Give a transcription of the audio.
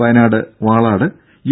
Wayanad Valad U